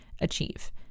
achieve